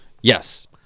Yes